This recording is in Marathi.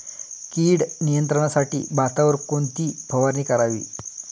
कीड नियंत्रणासाठी भातावर कोणती फवारणी करावी?